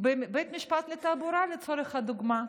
בבית משפט לתעבורה, לצורך הדוגמה.